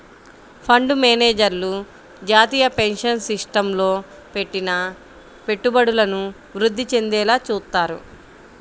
fund మేనేజర్లు జాతీయ pension సిస్టమ్లో పెట్టిన పెట్టుబడులను వృద్ధి చెందేలా చూత్తారు